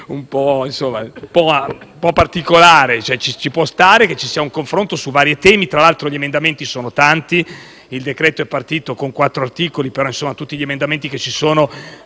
un po' particolare. Ci può stare che ci sia un confronto su vari temi. Tra l'altro gli emendamenti sono tanti; il decreto-legge è partito con quattro articoli, ma tutti gli emendamenti che sono